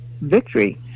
victory